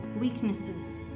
Weaknesses